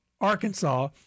Arkansas